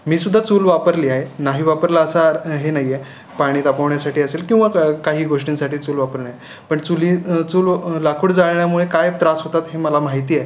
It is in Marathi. मी सुद्धा चूल वापरली आहे नाही वापरला असा हे नाही आहे पाणी तापवण्यासाठी असेल किंवा कं काही गोष्टींसाठी चूल वापरणे पण चुली चूल लाकूड जाळल्यामुळे काय त्रास होतात हे मला माहिती आहे